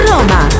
Roma